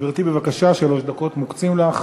גברתי, בבקשה, שלוש דקות מוקצות לך.